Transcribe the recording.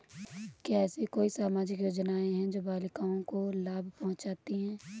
क्या ऐसी कोई सामाजिक योजनाएँ हैं जो बालिकाओं को लाभ पहुँचाती हैं?